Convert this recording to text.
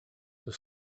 the